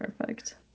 perfect